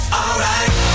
alright